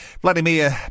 Vladimir